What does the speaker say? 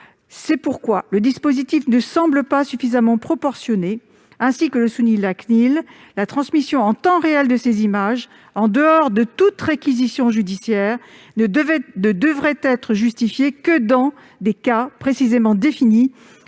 C'est pourquoi le dispositif ne semble pas suffisamment proportionné. Ainsi que le souligne la CNIL, la transmission en temps réel de ces images, en dehors de toute réquisition judiciaire, ne devrait être justifiée que dans des cas précisément définis